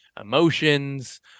emotions